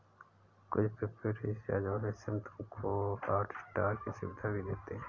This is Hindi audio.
कुछ प्रीपेड रिचार्ज वाले सिम तुमको हॉटस्टार की सुविधा भी देते हैं